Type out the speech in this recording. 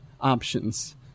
options